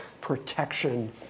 protection